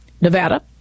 Nevada